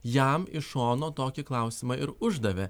jam iš šono tokį klausimą ir uždavė